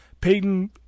Peyton